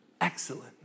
excellent